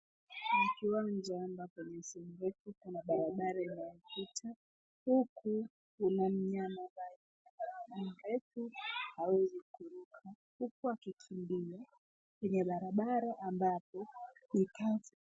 Ni kiwanja ambapo nyasi ndefu, kuna barabara inayopita. Huku kuna mnyama ambaye, mrefu, hawezi kuruka, huku akikimbia kwenye barabara ambapo ni kavu.